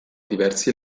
diversi